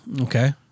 Okay